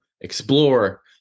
explore